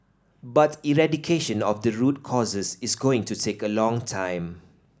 but eradication of the root causes is going to take a long time